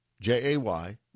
J-A-Y